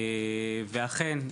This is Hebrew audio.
אכן,